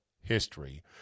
history